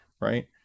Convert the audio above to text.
right